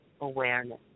awareness